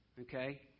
Okay